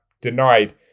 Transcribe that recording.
denied